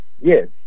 Yes